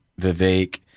vivek